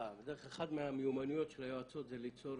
אחת מהמיומנויות של היועצות זה ליצור